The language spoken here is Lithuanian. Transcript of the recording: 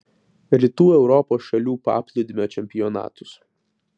rytų europos šalių paplūdimio čempionatus